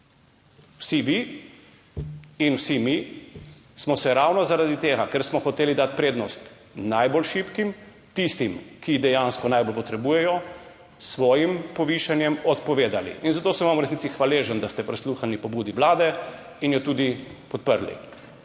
Vsi vi in vsi mi smo se ravno zaradi tega, ker smo hoteli dati prednost najbolj šibkim, tistim, ki dejansko najbolj potrebujejo, svojim povišanjem odpovedali in zato sem vam v resnici hvaležen, da ste prisluhnili pobudi Vlade in jo tudi podprli.